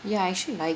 ya I actually like